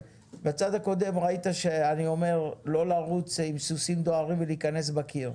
בצד הקודם ראית שאני אומר לא לרוץ עם סוסים דוהרים ולהיכנס בקיר,